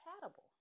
compatible